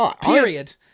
Period